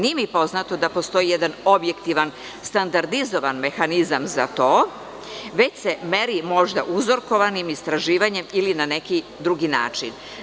Nije mi poznato da postoji jedan objektivan, standardizovan mehanizam za to, već se meri možda uzorkovanim istraživanjem ili na neki drugi način.